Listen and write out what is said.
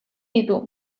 ditu